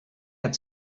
had